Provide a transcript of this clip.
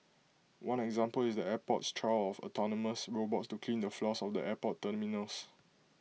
one example is the airport's trial of autonomous robots to clean the floors of the airport terminals